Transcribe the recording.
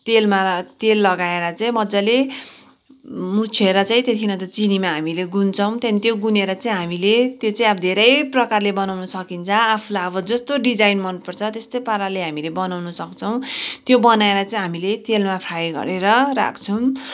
तेलमा तेल लगाएर चाहिँ मजाले मुछेर चाहिँ त्यहाँदेखि अन्त चिनीमा हामीले गुन्छौँ त्यहाँदेखि त्यो गुनेर चाहिँ हामीले त्यो चाहिँ अब धेरै प्रकारले बनाउनु सकिन्छ आफूलाई अब जस्तो डिजाइन मनपर्छ त्यस्तै पाराले हामीले बनाउनु सक्छौँ त्यो बनाएर चाहिँ हामीले तेलमा फ्राई गरेर राख्छौँ